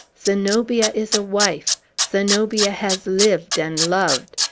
zenobia is a wife zenobia has lived and loved!